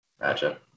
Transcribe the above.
gotcha